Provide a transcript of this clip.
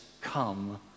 come